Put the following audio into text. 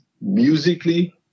musically